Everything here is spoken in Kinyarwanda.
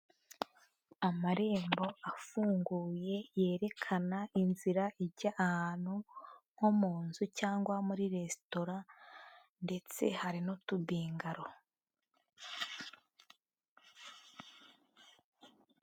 Amarembo afunguye yerekana inzira ijya ahantu nko mu nzu cyangwa muri resitora, ndetse hari n'utubingaro.